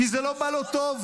כי זה לא בא לו טוב,